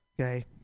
okay